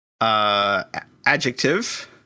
Adjective